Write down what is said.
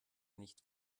nicht